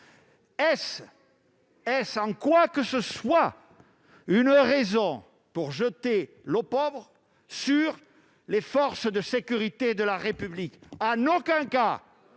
Est-ce, en quoi que ce soit, une raison pour jeter l'opprobre sur les forces de sécurité de la République ?